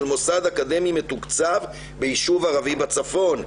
מוסד אקדמי מתוקצב ביישוב ערבי בצפון,